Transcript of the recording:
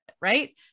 Right